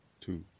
Two